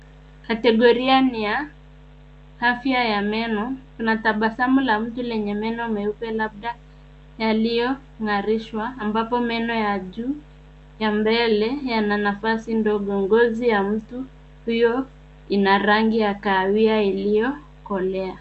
Kategoria ni ya afya ya meno. Kuna tabasamu la mtu lenye meno meupe labda yaliyong'arishwa, ambapo meno ya juu ya mbele yana nafasi ndogo. Ngozi ya mtu huyo ina rangi ya kahawia iliyokolea.